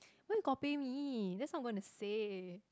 why you copy me that's not going to say